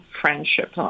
friendship